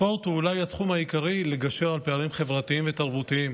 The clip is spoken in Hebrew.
הספורט הוא אולי התחום העיקרי לגשר על פערים חברתיים ותרבותיים,